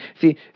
see